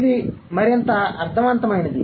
ఇది మరింత అర్థవంతమైనది